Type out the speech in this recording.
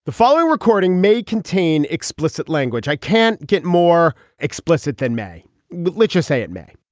the following recording may contain explicit language i can't get more explicit than may literacy it may